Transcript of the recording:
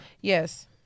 Yes